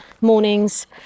mornings